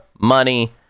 money